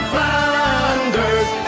Flanders